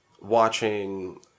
watching